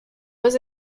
was